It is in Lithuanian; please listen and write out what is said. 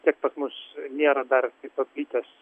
tiek pas mus nėra dar paplitęs